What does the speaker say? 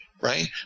right